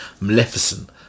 Maleficent